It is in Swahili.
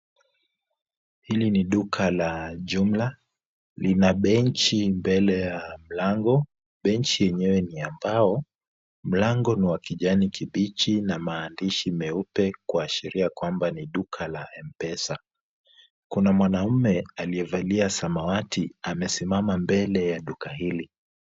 Hili ni duka la jumla, lina benchi mbele ya mlango, benchi yenyewe ni ya mbao, mlango ni wa kijani kibichi na maandishi meupe kuashiria kwamba ni duka la M-pesa. Kuna mwanaume aliyevalia samawati amesimama mbele ya duka hili.